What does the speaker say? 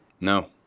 no